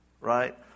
Right